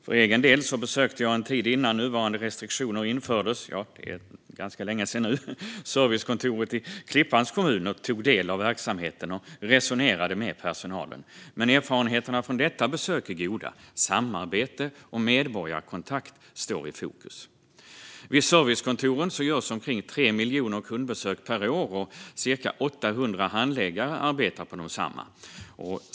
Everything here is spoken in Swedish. För egen del besökte jag en tid innan nuvarande restriktioner infördes - ja, det är ganska länge sedan nu - servicekontoret i Klippans kommun och tog del av verksamheten och resonerade med personalen. Erfarenheterna från detta besök är goda: Samarbete och medborgarkontakt står i fokus. Vid servicekontoren görs omkring 3 miljoner kundbesök per år, och cirka 800 handläggare arbetar där.